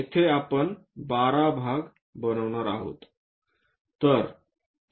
येथे आपण 12 भाग बनवणार आहोत